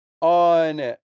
on